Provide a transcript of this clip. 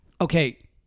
Okay